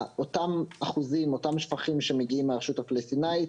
אותם השפכים שמגיעים מהרשות הפלסטינית,